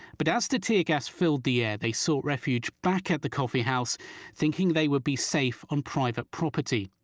but as the tear gas filled the air they sought refuge back at the coffee house thinking they would be safe on private property.